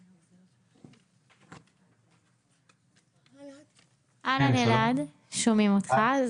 שלום אלעד, שומעים אותך.